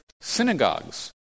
synagogues